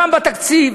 גם בתקציב.